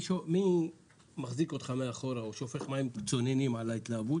מי מחזיק אותך מאחורה או שופך מים צוננים על ההתלהבות?